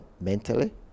mentally